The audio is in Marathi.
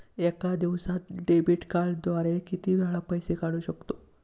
एका दिवसांत डेबिट कार्डद्वारे किती वेळा पैसे काढू शकतो?